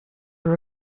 were